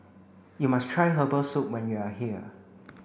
you must try herbal soup when you are here